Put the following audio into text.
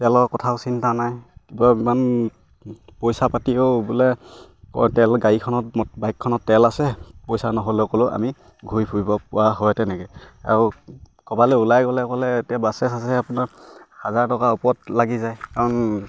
তেলৰ কথাও চিন্তা নাই ইমান পইচা পাতিও বোলে তেল গাড়ীখনত বাইকখনত তেল আছে পইচা নহ'লে ক'লেও আমি ঘূৰি ফুৰিব পৰা হয় তেনেকে আৰু ক'বালে ওলাই গ'লে ক'লে এতিয়া বাছে চাছে আপোনাৰ হাজাৰ টকা ওপৰত লাগি যায় কাৰণ